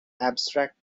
abstract